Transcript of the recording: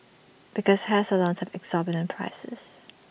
because hair salons have exorbitant prices